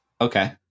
Okay